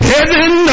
Heaven